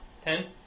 ten